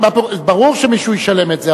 ברור שמישהו ישלם את זה,